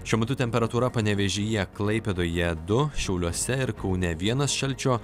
šiuo metu temperatūra panevėžyje klaipėdoje du šiauliuose ir kaune vienas šalčio